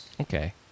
Okay